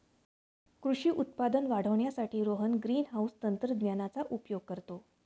कृषी उत्पादन वाढवण्यासाठी रोहन ग्रीनहाउस तंत्रज्ञानाचा उपयोग करतो